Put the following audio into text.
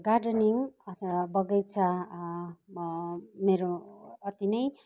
gardening अथवा बगैँचा म मेरो अति नै